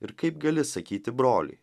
ir kaip gali sakyti broliui